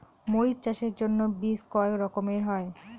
মরিচ চাষের জন্য বীজ কয় রকমের হয়?